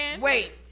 Wait